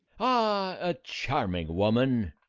ah a charming woman.